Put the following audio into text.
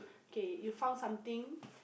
okay you found something